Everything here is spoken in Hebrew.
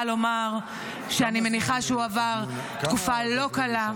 לומר שאני מניחה שהוא עבר תקופה לא קלה.